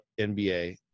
NBA